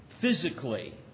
physically